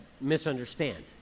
misunderstand